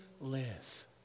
live